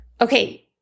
Okay